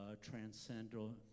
transcendental